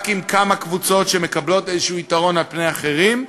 רק עם כמה קבוצות שמקבלות איזשהו יתרון על פני אחרים,